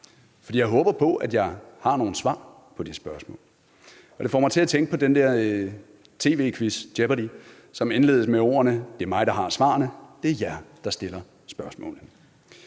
for jeg håber på, at jeg har nogle svar på de spørgsmål. Det får mig til at tænke på tv-quizzen Jeopardy, som indledes med ordene: Det er mig, der har svarene, det er jer, der stiller spørgsmålene.